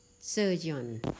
Surgeon